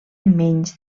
menys